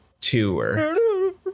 Tour